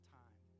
time